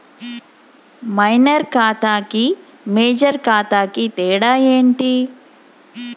Minor ఖాతా కి major ఖాతా కి తేడా ఏంటి?